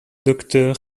docteur